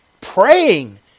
praying